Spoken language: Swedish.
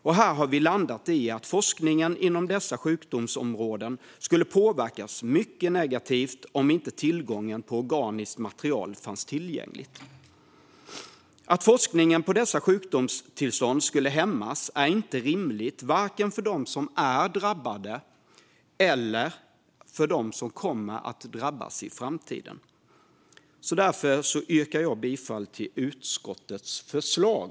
Och här har vi landat i att forskningen inom dessa sjukdomsområden skulle påverkas mycket negativt om inte organiskt material fanns tillgängligt. Att forskningen på dessa sjukdomstillstånd skulle hämmas är inte rimligt, vare sig för dem som är drabbade eller för dem som kommer att drabbas i framtiden. Därför yrkar jag bifall till utskottets förslag.